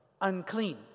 unclean